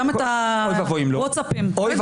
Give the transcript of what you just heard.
גם את הוואטסאפים, לא יודעת.